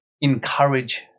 encourage